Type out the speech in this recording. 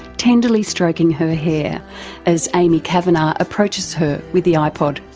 tenderly stroking her hair as aimee cavanagh approaches her with the ipod.